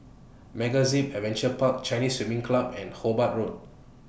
MegaZip Adventure Park Chinese Swimming Club and Hobart Road